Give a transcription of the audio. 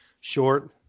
short